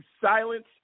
silence